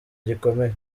gikomeye